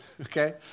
okay